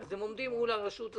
כי הם עומדים מול הרשות.